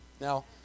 Now